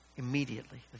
Immediately